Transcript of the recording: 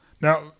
Now